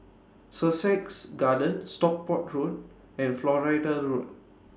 Sussex Garden Stockport Road and Florida Road